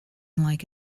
like